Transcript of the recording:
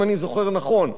אם אני זוכר נכון,